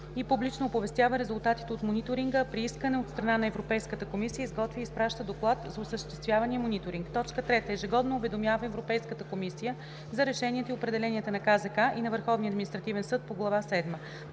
и публично оповестява резултатите от мониторинга, а при искане от страна на Европейската комисия – изготвя и изпраща доклад за осъществявания мониторинг; 3. ежегодно уведомява Европейската комисия за решенията и определенията на КЗК и на Върховния административен съд по глава